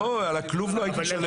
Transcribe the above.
לא, על הכלוב לא הייתי משלם.